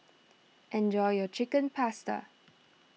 enjoy your Chicken Pasta